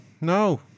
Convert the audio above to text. no